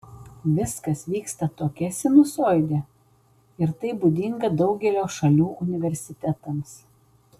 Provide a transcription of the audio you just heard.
viskas vyksta tokia sinusoide ir tai būdinga daugelio šalių universitetams